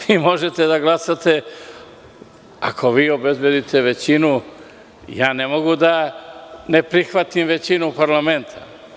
Vi možete da glasate i ako obezbedite većinu, ne mogu da ne prihvatim većinu parlamenta.